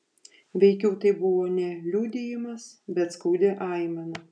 veikiau tai buvo ne liudijimas bet skaudi aimana